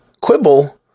quibble